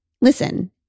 listen